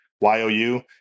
Y-O-U